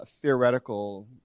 theoretical